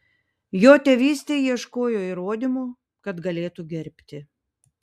jo tėvystei ieškojo įrodymų kad galėtų gerbti